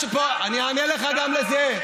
אני אענה לך גם על זה.